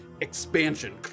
expansion